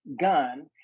gun